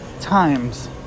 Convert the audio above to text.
times